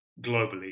globally